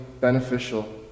beneficial